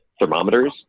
thermometers